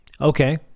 okay